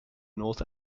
north